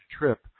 trip